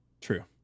True